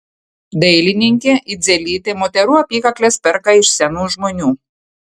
dailininkė idzelytė moterų apykakles perka iš senų žmonių